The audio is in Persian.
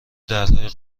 درهای